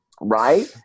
Right